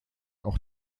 auch